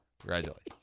Congratulations